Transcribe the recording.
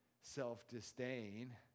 self-disdain